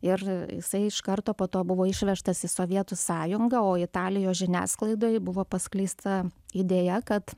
ir jisai iš karto po to buvo išvežtas į sovietų sąjunga o italijos žiniasklaidoje buvo paskleista idėja kad